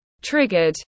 triggered